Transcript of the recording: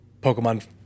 Pokemon